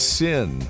sin